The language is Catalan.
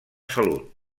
salut